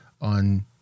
on